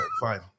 fine